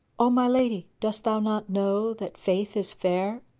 o my lady, dost thou not know that faith is fair,